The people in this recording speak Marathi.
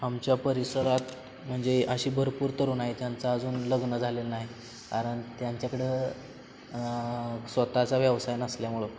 आमच्या परिसरात म्हणजे अशी भरपूर तरुण आहे त्यांचं अजून लग्न झालेलं नाही कारण त्यांच्याकडं स्वत चा व्यवसाय नसल्यामुळं